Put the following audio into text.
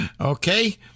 okay